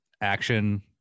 action